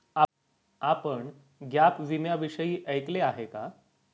आपण गॅप विम्याविषयी ऐकले आहे का?